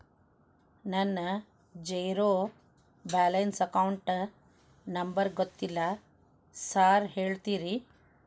ನನ್ನ zero balance account number ಗೊತ್ತಿಲ್ಲ sir ಹೇಳ್ತೇರಿ?